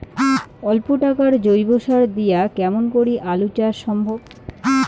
অল্প টাকার জৈব সার দিয়া কেমন করি আলু চাষ সম্ভব?